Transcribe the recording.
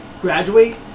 graduate